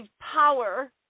power